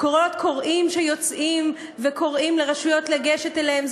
קולות קוראים שיוצאים וקוראים לרשויות לגשת אליהם.